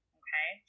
okay